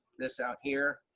this out here,